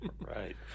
Right